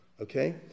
Okay